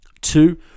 Two